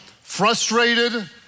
frustrated